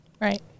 right